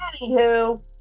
Anywho